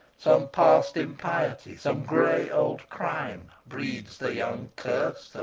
some past impiety, some gray old crime, breeds the young curse,